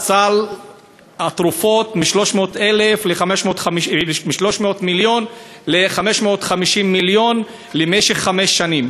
סל התרופות מ-300 מיליון ל-550 מיליון למשך חמש שנים,